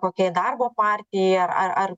kokiai darbo partijai ar ar ar